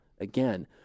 again